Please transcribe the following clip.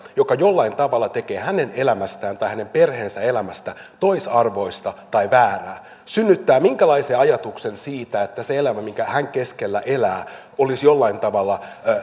joka jollain tavalla tekee hänen elämästään tai hänen perheensä elämästä toisarvoista tai väärää synnyttää minkäänlaisen ajatuksen siitä että se elämä minkä keskellä hän elää olisi jollain tavalla